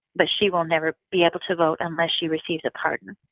but she will never be able to vote unless she receives a pardon.